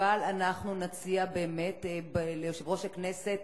אבל אנחנו נציע ליושב-ראש הכנסת,